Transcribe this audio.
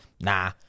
nah